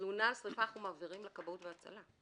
תלונה על שריפה אנחנו מעבירים לכבאות והצלה,